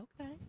Okay